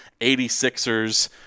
86ers